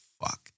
fuck